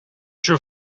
true